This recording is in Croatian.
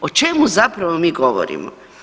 O čemu zapravo mi govorimo?